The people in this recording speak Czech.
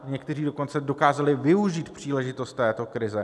Někteří dokonce dokázali využít příležitost této krize.